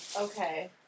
Okay